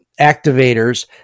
activators